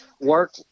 work